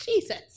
Jesus